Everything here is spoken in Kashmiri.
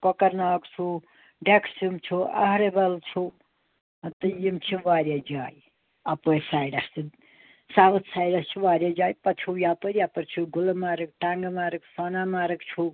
کۄکَرناگ چھُ ڈیٚکہٕ سُمٛب چھُ أہربَل چھُو تہٕ یِم چھِ واریاہ جایہِ اَپٲرۍ سایڈَس تہٕ ساوُتھ سایڈَس چھِ واریاہ جایہِ پتہٕ چھُو یَپٲرۍ یَپٲرۍ چھُو گُلمرگ ٹنٛگمرگ سۄنہٕ مرگ چھُو